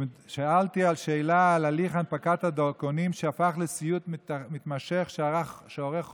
שאלתי שאלה על הליך הנפקת הדרכונים שהפך לסיוט מתמשך שאורך חודשים.